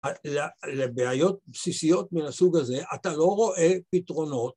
לבעיות בסיסיות מן הסוג הזה אתה לא רואה פתרונות